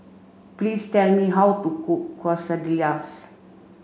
please tell me how to cook Quesadillas